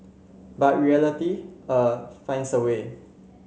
but reality uh finds a way